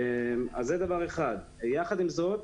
יחד עם זאת,